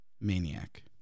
Maniac